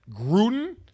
Gruden